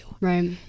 right